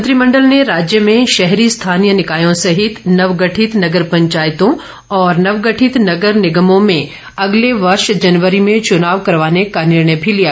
मंत्रिमंडल ने राज्य में शहरी स्थानीय निकायों सेहित नवगठित नगर पंचायतों और नवगठित नगर निगमों में अगले वर्ष जनवरी में चुनाव करवाने का निर्णय भी लिया